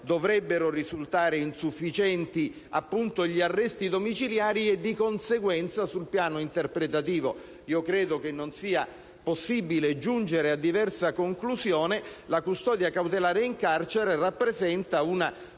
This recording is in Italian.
dovrebbero risultare insufficienti gli arresti domiciliari e, di conseguenza, sul piano interpretativo - credo che non sia possibile giungere a diversa conclusione - la custodia cautelare in carcere rappresenta una